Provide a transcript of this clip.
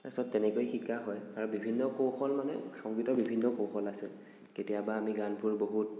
তাৰপাছত তেনেকৈয়ে শিকা হয় আৰু বিভিন্ন কৌশল মানে সংগীতৰ বিভিন্ন কৌশল আছে কেতিয়াবা আমি গানবোৰ বহুত